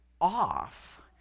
off